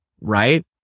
right